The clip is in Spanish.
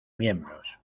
miembros